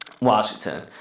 washington